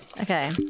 Okay